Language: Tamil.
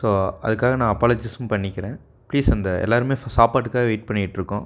ஸோ அதுக்காக நான் அப்பாலஜைஸும் பண்ணிக்கிறேன் பிளீஸ் அந்த எல்லோருமே சாப்பாட்டுக்காக வெயிட் பண்ணிட்ருக்கோம்